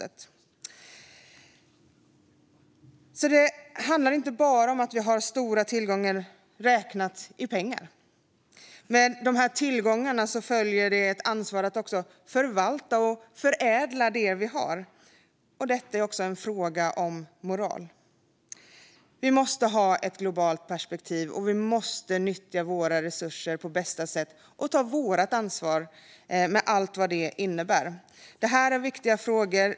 Det handlar alltså inte bara om att vi har stora tillgångar räknat i pengar. Med dessa tillgångar följer ett ansvar att också förvalta och förädla det vi har. Detta är också en fråga om moral. Vi måste ha ett globalt perspektiv, och vi måste nyttja våra resurser på bästa sätt och ta vårt ansvar med allt vad det innebär. Det här är viktiga frågor.